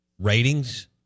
Ratings